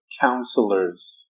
counselors